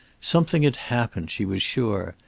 something had happened, she was sure.